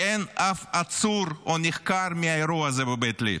אין אף עצור או נחקר מהאירוע הזה בבית ליד,